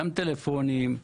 גם טלפונים,